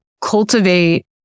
cultivate